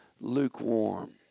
lukewarm